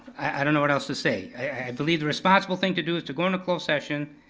i don't know what else to say. i believe the responsible thing to do is to go into closed session,